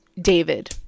david